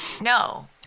no